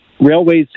Railways